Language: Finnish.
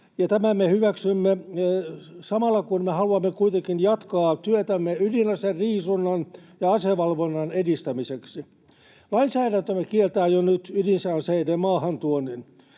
tämän me hyväksymme samalla, kun me haluamme kuitenkin jatkaa työtämme ydinaseriisunnan ja asevalvonnan edistämiseksi. Lainsäädäntömme kieltää jo nyt ydinaseiden maahantuonnin.